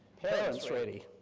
parents ready?